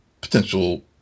potential